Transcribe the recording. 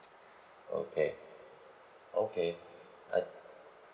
okay okay I